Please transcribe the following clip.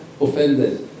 offended